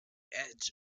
edge